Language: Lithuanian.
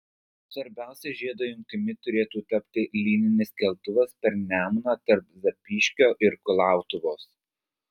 svarbiausia žiedo jungtimi turėtų tapti lyninis keltuvas per nemuną tarp zapyškio ir kulautuvos